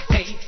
Hey